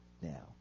now